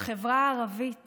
בחברה הערבית